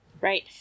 Right